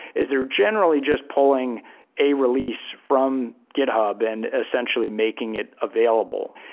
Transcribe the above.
is they're generally just pulling a release from github and essentially making it available.